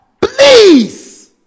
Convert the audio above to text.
please